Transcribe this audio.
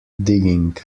digging